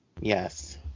Yes